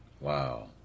Wow